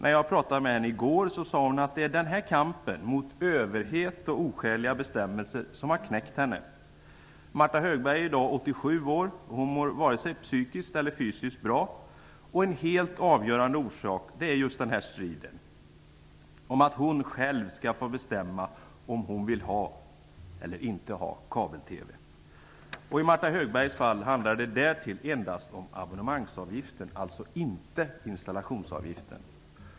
När jag pratade med henne i går sade hon att det är den här kampen mot överhet och oskäliga bestämmelser som har knäckt henne. Martha Högberg är i dag 87 år, och hon mår inte bra vare sig psykiskt eller fysiskt. En helt avgörande orsak är just den här striden om att hon själv skall få bestämma om hon vill ha eller inte ha kabel-TV. I Martha Högbergs fall handlar det endast om abonnemangsavgiften -- således inte om installationsavgiften.